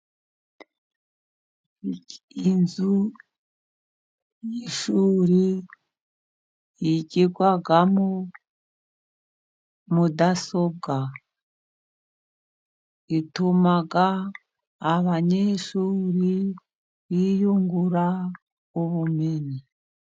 Inzu yishuri yigirwamo mudasobwa, ituma abanyeshuri biyungura ubumenyi.